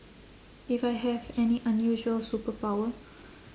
if I have any unusual superpower